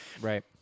Right